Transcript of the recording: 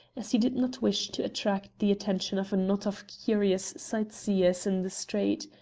as he did not wish to attract the attention of a knot of curious sightseers in the street.